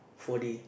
four-D